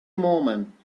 moment